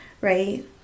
right